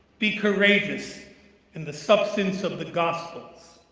be courageous in the substance of the gospels.